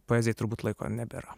poezijai turbūt laiko nebėra